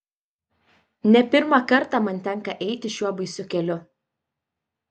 ne pirmą kartą man tenka eiti šiuo baisiu keliu